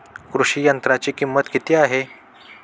कृषी यंत्राची किंमत किती आहे?